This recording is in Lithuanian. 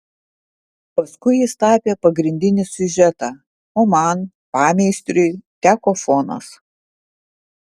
paskui jis tapė pagrindinį siužetą o man pameistriui teko fonas